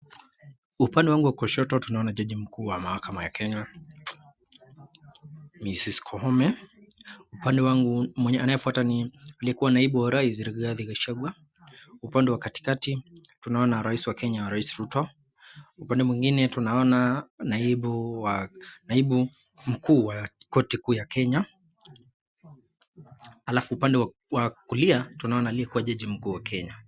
Upande wangu wa kushoto tunaona jaji mkuu wa mahakama ya Kenya, Mrs. Koome. Upande wangu anayefuata ni aliyekuwa naibu wa rais Rigathi Gachagua. Upande wa katikati tunaona rais wa Kenya, Rais Ruto. Upande mwingine tunaona naibu wa naibu mkuu wa koti kuu ya Kenya, alafu upande wa kulia tunaona aliyekuwa jaji mkuu wa Kenya.